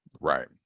right